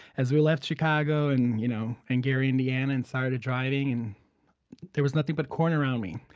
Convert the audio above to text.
as we left chicago and you know and gary, indiana, and started driving, and there was nothing but corn around me,